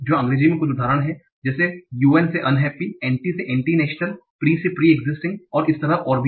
तो अंग्रेजी में कुछ उदाहरण हैं जैसे un से unhappy anti से antinational pre से pre existing और इस तरह से और भी